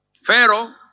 Pharaoh